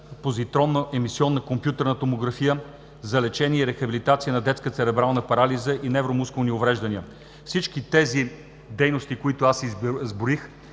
позитронно-емисионна компютърна томография, за лечение и рехабилитация на детска церебрална парализа и невромускулни увреждания. Всички тези дейности, които изброих,